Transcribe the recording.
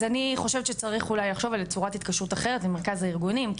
אז אני חושבת שאולי צריך לחשוב על צורת התקשרות אחרת למרכז הארגונים,